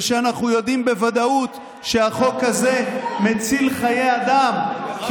ושאנחנו יודעים בוודאות שהחוק הזה מציל חיי אדם כי